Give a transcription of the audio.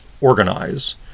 Organize